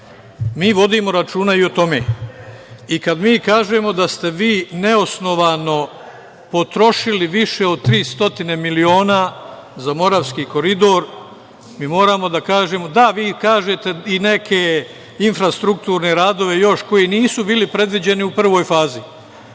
Mi vodimo računa i o tome. Kada mi kažemo da ste vi neosnovano potrošili više od 300 miliona za Moravski koridor, moramo da kažemo, da, vi kažete i neki infrastrukturni radovi koji nisu bili predviđeni u prvoj fazi. Da